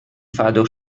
فدا